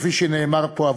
כפי שנאמר פה,